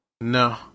No